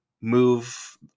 move